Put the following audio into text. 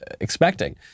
expecting